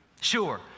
sure